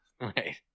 Right